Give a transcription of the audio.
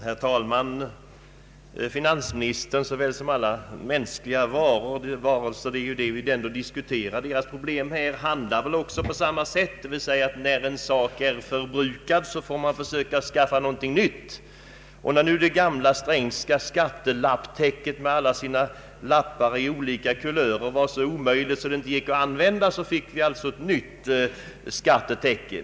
Herr talman! Finansministern handlar väl som alla de andra mänskliga varelser vilkas problem vi nu diskuterar — när en sak är förbrukad får man försöka skaffa sig någonting nytt. När nu det gamla Strängska skattelapptäcket med många viftande lappar i olika kulörer var så omöjligt att det inte gick att använda, fick vi alltså ett nytt skattetäcke.